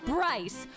Bryce